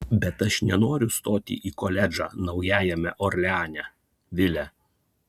bet aš nenoriu stoti į koledžą naujajame orleane vile